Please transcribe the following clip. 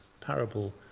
parable